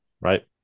right